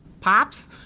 Pops